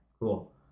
Cool